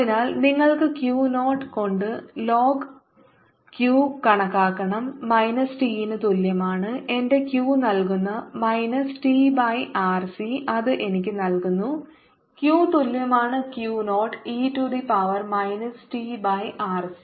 അതിനാൽ നിങ്ങൾക്ക് Q 0 കൊണ്ട് ln Q കണക്കാക്കാം മൈനസ് t ന് തുല്യമാണ് എന്റെ Q നൽകുന്ന മൈനസ് t ബൈ ആർസി അത് എനിക്ക് നൽകുന്നു Q തുല്യമാണ് Q 0 e to the power minus T by R C